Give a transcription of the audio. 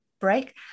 break